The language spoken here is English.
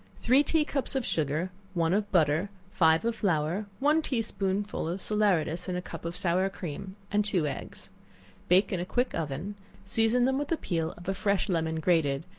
three tea-cups of sugar, one of butter, five of flour, one tea-spoonful of salaeratus in a cup of sour cream and two eggs bake in a quick oven season them with the peel of a fresh lemon grated,